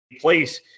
place